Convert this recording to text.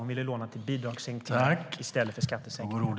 Hon ville låna till bidragshöjningar i stället för skattesänkningar.